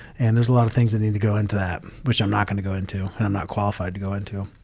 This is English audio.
and there's a lot of things that need to go into that, which i'm not going to go into, and i'm not qualified to go into.